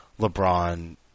LeBron